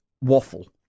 waffle